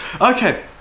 Okay